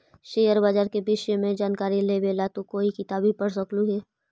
share बाजार के विष्य में जानकारी लेवे ला तू कोई किताब भी पढ़ सकलू हे